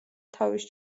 თავის